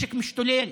נשק משתולל,